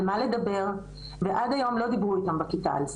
על מה לדבר ועד היום לא דיברו איתם בכיתה על זה.